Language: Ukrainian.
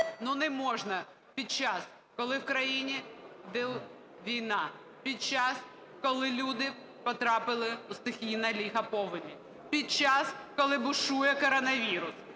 Ну, не можна під час, коли в країні йде війна, під час, коли люди потрапили у стихійно лихо повені, під час, коли бушує коронавірус,